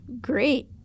Great